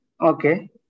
Okay